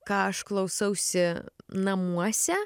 ką aš klausausi namuose